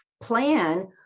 plan